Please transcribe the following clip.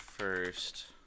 First